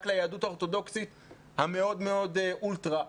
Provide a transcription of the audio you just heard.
ליהדות האורתודוקסית המאוד מאוד אולטרה,